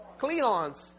Cleons